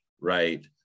right